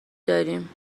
داریم